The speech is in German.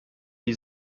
die